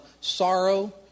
sorrow